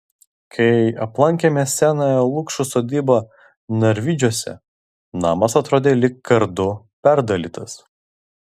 kai aplankėme senąją lukšų sodybą narvydžiuose namas atrodė lyg kardu perdalytas